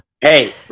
Hey